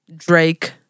drake